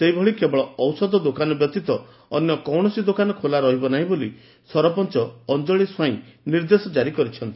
ସେହିଭଳି କେବଳ ଔଷଧ ଦୋକାନ ବ୍ୟତୀତ ଅନ୍ୟ କୌଣସି ଦୋକାନ ଖୋଲା ରହିବ ନାହି ବୋଲି ସରପଞ୍ଚ ଅଞ୍ଞଳି ସ୍ୱାଇଁ ନିର୍ଦ୍ଦେଶ ଜାରି କରିଛନ୍ତି